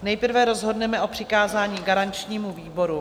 Nejprve rozhodneme o přikázání garančnímu výboru.